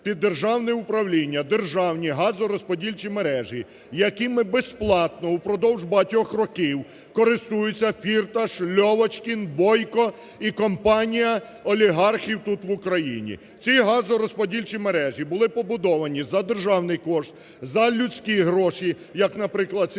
під державне управління державні газорозподільчі мережі, якими безплатно упродовж років користуються Фірташ, Льовочкін, Бойко і компанія олігархів тут в Україні. Ці газорозподільчі мережі були побудовані за державний кошт, за людські гроші, як, наприклад,